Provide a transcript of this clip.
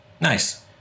Nice